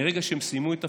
מרגע שהם סיימו את תפקידם,